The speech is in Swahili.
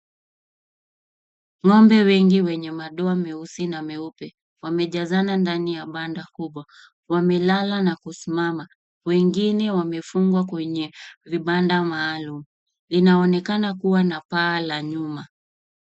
Ng'ombe wengi wenye madoa meusi na meupe wamejazana ndani ya banda kubwa. Wamelala na kusimama, wengine wamefungwa kwenye vibanda maalum, linaonekana kuwa na paa la nyuma.